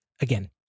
Again